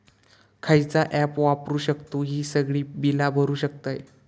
खयचा ऍप वापरू शकतू ही सगळी बीला भरु शकतय?